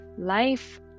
life